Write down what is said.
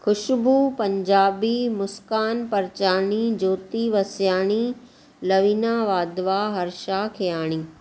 Khushbu Punjabi Muskan Parchani Jyoti Vasiyani Lavina Wadhwa Harsha Kheyani